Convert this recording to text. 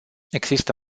există